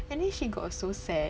and then she got so sad